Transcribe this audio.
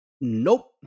Nope